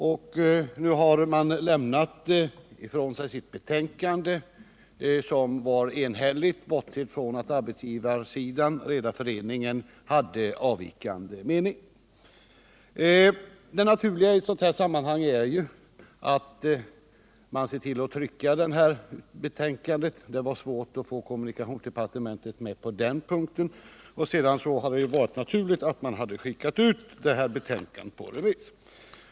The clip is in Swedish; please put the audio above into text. Nu har utredningen lämnat ifrån sig ett betänkande, som var enhälligt bortsett från att arbetsgivarsidan, Redareföreningen, hade en avvikande mening. Det naturliga i sådana här sammanhang är att man ser till att trycka betänkandet — det var svårt att få kommunikationsdepartementet med på den punkten. Och sedan hade det varit naturligt att betänkandet hade skickats ut på remiss.